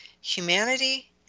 humanity